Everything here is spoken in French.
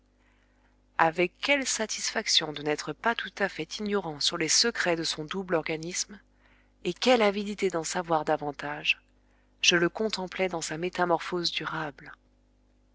avec quelle satisfaction de n'être pas tout à fait ignorant sur les secrets de son double organisme et quelle avidité d'en savoir davantage je le contemplais dans sa métamorphose durable